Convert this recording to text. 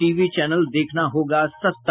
TV channel देखना होगा सस्ता